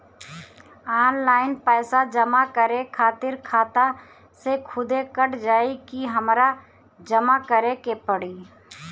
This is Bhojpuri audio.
ऑनलाइन पैसा जमा करे खातिर खाता से खुदे कट जाई कि हमरा जमा करें के पड़ी?